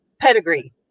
pedigree